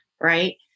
right